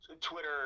Twitter